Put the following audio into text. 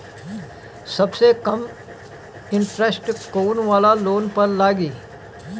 सबसे कम इन्टरेस्ट कोउन वाला लोन पर लागी?